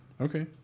Okay